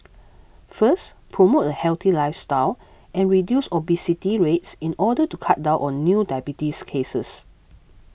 first promote a healthy lifestyle and reduce obesity rates in order to cut down on new diabetes cases